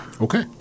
Okay